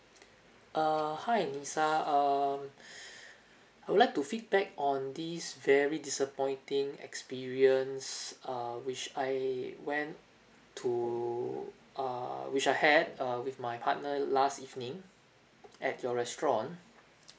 err hi lisa um I would like to feedback on this very disappointing experience uh which I went to err which I had uh with my partner last evening at your restaurant